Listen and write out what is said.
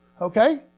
Okay